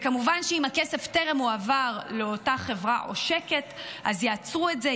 כמובן שאם הכסף טרם הועבר לאותה חברה עושקת אז יעצרו את זה,